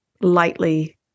lightly